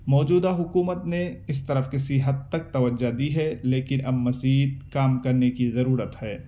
موجودہ حکومت نے اس طرف کسی حد تک توجہ دی ہے لیکن اب مزید کام کرنے کی ضرورت ہے